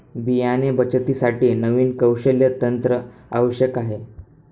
बियाणे बचतीसाठी नवीन कौशल्य तंत्र आवश्यक आहे